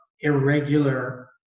irregular